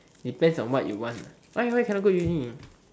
depends on what you want why why you cannot go uni